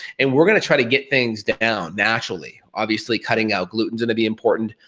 and we're gonna try to get things down naturally. obviously cutting out gluten's gonna be important,